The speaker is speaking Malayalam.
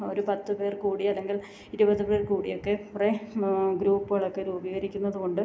ഒരു പത്ത് പേർ കൂടി അല്ലെങ്കിൽ ഇരുപത് പേർ കൂടിയൊക്കെ കുറേ ഗ്രൂപ്പുകളൊക്കെ രൂപീകരിക്കുന്നത് കൊണ്ട്